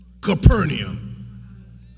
Capernaum